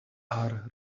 are